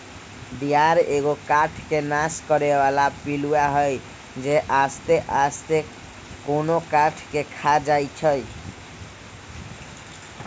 दियार एगो काठ के नाश करे बला पिलुआ हई जे आस्ते आस्ते कोनो काठ के ख़ा जाइ छइ